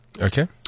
Okay